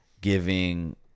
giving